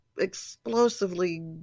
explosively